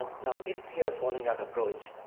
you know if you are following that approach,